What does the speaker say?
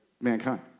Mankind